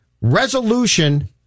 resolution